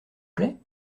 plaît